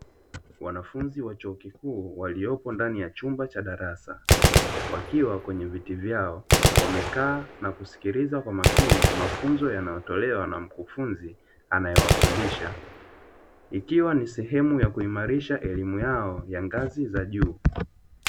Wanafunzi wa chuo kikuu waliopo ndani ya chumba cha darasa, wakiwa kwenye viti vyao wamekaa na kusikiliza kwa makini mafunzo yanayotolewa na mkufunzi anayewafundisha, ikiwa ni sehemu ya kuimarisha elimu yao ya ngazi ya juu.